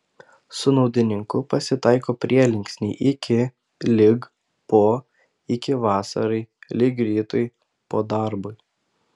su naudininku pasitaiko prielinksniai iki lig po iki vasarai lig rytui po darbui